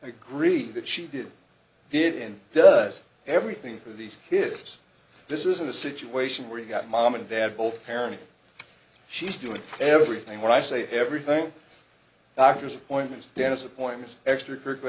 agree that she did did and does everything for these kids this isn't a situation where you've got mom and dad both parents she's doing everything what i say everything doctor's appointments dentist appointments extracurricular